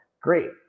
great